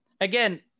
again